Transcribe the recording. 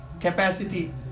capacity